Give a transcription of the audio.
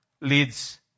leads